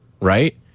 right